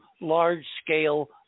large-scale